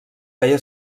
feia